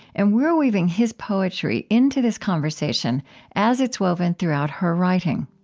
and we're weaving his poetry into this conversation as it's woven throughout her writing.